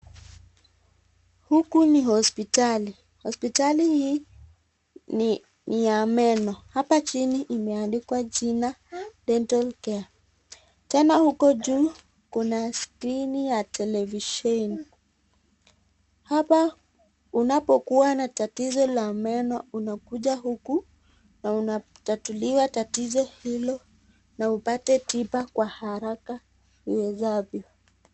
Huku ni hospitali. Hospitali hii ni ya meno. Hapa jini imeandikwa jina Dental care. Tena huko juu kuna skrini ya televisheni. Hapa unapokuwa na tatizo la meno unakuja huku na unatatuliwa tatizo hilo na upate tiba kwa haraka iwezavyo.